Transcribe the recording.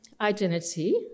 identity